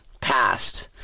past